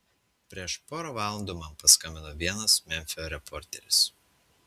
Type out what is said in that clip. prieš porą valandų man paskambino vienas memfio reporteris